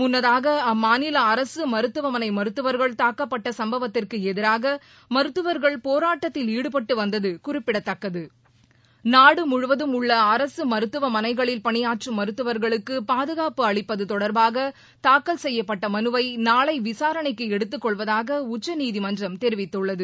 முன்னதாக அம்மாநில அரசு மருத்துவமனை மருத்துவர்கள் தாக்கப்பட்ட சம்பவத்திற்கு எதிராக மருத்துவர்கள் போராட்டத்தில் ஈடுபட்டு வந்தது குறிப்பிடத்தக்கது நாடு முழுவதும் உள்ள அரசு மருத்துவமனைகளில் பணியாற்றும் மருத்துவர்களுக்கு பாதுகாப்பு அளிப்பது தொடர்பாக தாக்கல் செய்யப்பட்ட மனுவை நாளை விசாரணைக்கு எடுத்துக் கொள்வதாக உச்சநீதிமன்றம் தெரிவித்துள்ளது